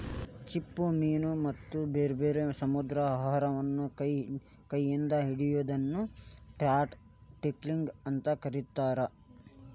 ಚಿಪ್ಪುಮೇನ ಮತ್ತ ಬ್ಯಾರ್ಬ್ಯಾರೇ ಸಮುದ್ರಾಹಾರವನ್ನ ಕೈ ಇಂದ ಹಿಡಿಯೋದನ್ನ ಟ್ರೌಟ್ ಟಕ್ಲಿಂಗ್ ಅಂತ ಕರೇತಾರ